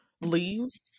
leaves